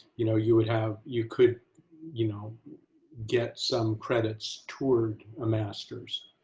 you know, you would have you could you know get some credits toward a master's